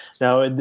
Now